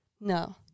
No